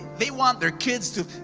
they want their kids to,